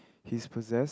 he's possessed